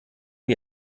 wie